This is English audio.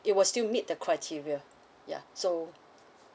it will still meet the criteria ya so